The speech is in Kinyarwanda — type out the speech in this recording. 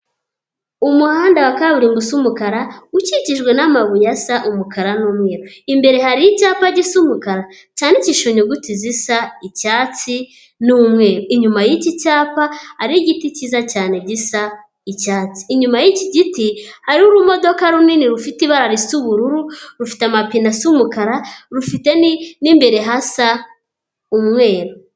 Umuhanda wa kaburimbo usa umukara ukikijwe n'amabuye asa umukara n'umweru. Imbere hari icyapa gisa umukara cyandikishe inyuguti zisa icyatsi n'umweru. Inyuma y'iki cyapa hari igiti kiza cyane gisa icyatsi. Inyuma y'iki giti hariho urumodoka runini rufite ibara risa ubururu, rufite amapine asa umukara, rufite n'imbere hasa umweru.